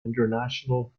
international